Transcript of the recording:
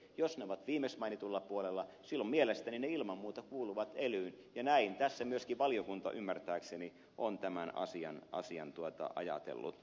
jos ne ovat viimeksi mainitulla puolella silloin mielestäni ne ilman muuta kuuluvat elyyn ja näin tässä myöskin valiokunta ymmärtääkseni on tämän asian ajatellut